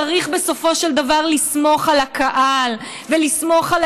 צריך בסופו של דבר לסמוך על הקהל ולסמוך על